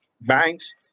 banks